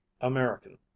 American